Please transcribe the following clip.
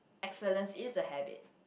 excellence is a habit